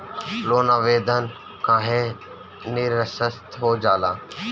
Loan आवेदन काहे नीरस्त हो जाला?